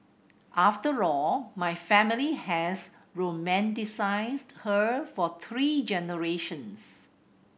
after all my family has romanticised her for three generations